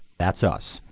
that's us.